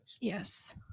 Yes